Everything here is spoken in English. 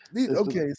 Okay